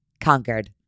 conquered